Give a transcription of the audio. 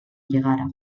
llegara